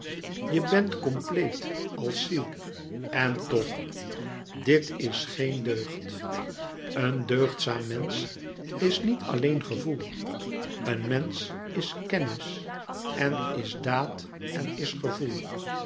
je bent compleet als ziel en toch dit is geen deugd een deugdzaam mensch is niet alléen gevoel louis couperus metamorfoze een mensch is kennis en is daad èn is gevoel